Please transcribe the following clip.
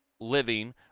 Living